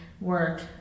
work